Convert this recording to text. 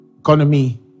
economy